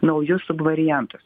naujus subvariantus